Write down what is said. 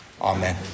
amen